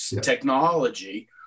technology